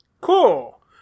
cool